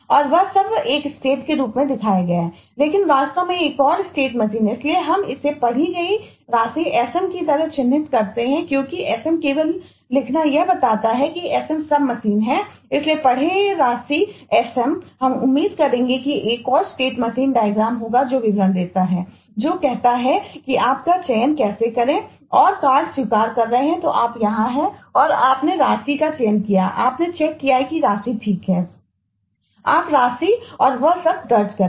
और वह सब एक स्टेट होगा जो विवरण देता है जो कहता है कि आप का चयन कैसे करें कार्ड स्वीकार कर रहे हैं तो आप यहां हैं और आपने राशि का चयन किया है तो आपने चेक किया है कि राशि ठीक है आप राशि और वह सब दर्ज करें